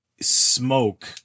smoke